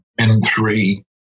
M3